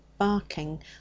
barking